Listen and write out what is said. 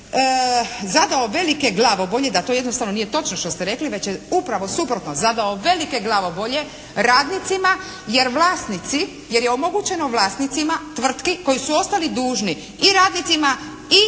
zadao velike glavobolje i da to jednostavno nije točno šta ste rekli već je upravo suprotno zadao velike glavobolje radnicima jer vlasnici, jer je omogućeno vlasnicima tvrtki koji su ostali dužni i radnicima i